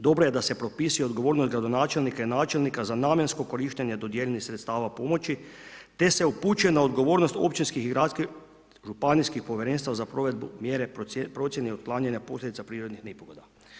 Dobro je da se propisuje odgovornost gradonačelnika i načelnika za namjensko korištenje dodijeljenih sredstava pomoći te se upućena odgovornost općinskih i gradskih, županijskih povjerenstva za provedbu mjere procjeni otklanjanja posljedica prirodnih nepogoda.